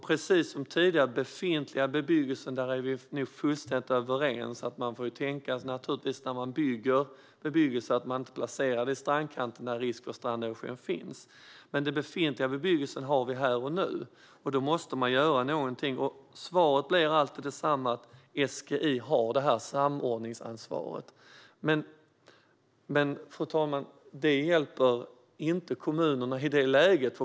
Precis som tidigare har sagts är vi nog fullständigt överens när det gäller den befintliga bebyggelsen. När man bygger får man tänka på att inte placera bebyggelsen i strandkanten när risk för stranderosion finns. Men den befintliga bebyggelsen har vi här och nu, och då måste man göra någonting. Svaret blir alltid detsamma: SGI har samordningsansvaret. Men, fru talman, det hjälper inte kommunerna i det läget.